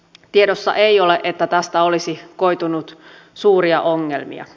tiedossa ei ole että tästä olisi koitunut suuria ongelmia